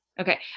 Okay